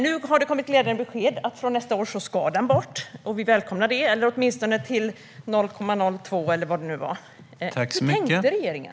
Nu har det kommit glädjande besked om att den från nästa år ska bort eller åtminstone sänkas till 0,02 eller vad det nu var. Vi välkomnar det. Hur tänkte regeringen?